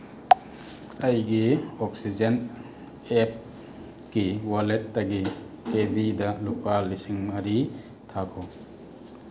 ꯑꯩꯒꯤ ꯑꯣꯛꯁꯤꯖꯦꯟ ꯑꯦꯞꯀꯤ ꯋꯥꯂꯦꯠꯇꯒꯤ ꯀꯦꯕꯤꯗ ꯂꯨꯄꯥ ꯂꯤꯁꯤꯡ ꯃꯔꯤ ꯊꯥꯈꯣ